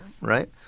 right